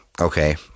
okay